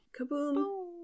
Kaboom